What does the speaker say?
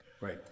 Right